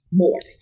more